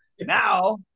now